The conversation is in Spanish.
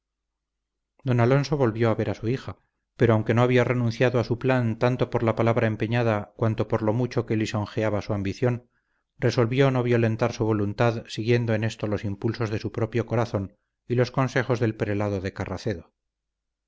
don alonso volvió a ver a su hija pero aunque no había renunciado a su plan tanto por la palabra empeñada cuanto por lo mucho que lisonjeaba su ambición resolvió no violentar su voluntad siguiendo en esto los impulsos de su propio corazón y los consejos del prelado de carracedo